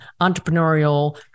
entrepreneurial